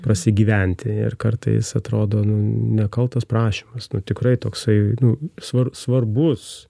prasigyventi ir kartais atrodo nu nekaltas prašymas tikrai toksai nu svar svarbus